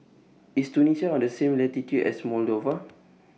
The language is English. IS Tunisia on The same latitude as Moldova